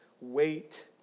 wait